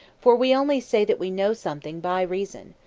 for we only say that we know something by reason,